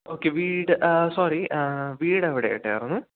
okay വീട് sorry വീട് എവിടെയായിട്ടായിരുന്നു